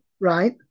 right